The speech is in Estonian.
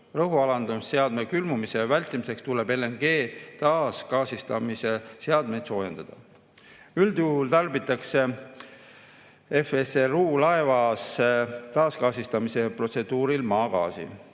Rõhualandusseadme külmumise vältimiseks tuleb LNG taasgaasistamise seadmeid soojendada. Üldjuhul tarbitakse FSRU‑laevas taasgaasistamise protseduuril maagaasi.